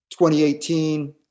2018